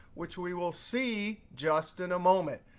which we will see just in a moment.